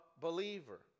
believer